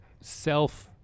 self